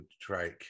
Drake